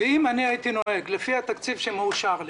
אם הייתי נוהג לפי התקציב שמאושר לי,